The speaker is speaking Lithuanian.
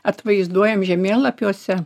atvaizduojam žemėlapiuose